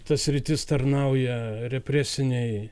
ta sritis tarnauja represinei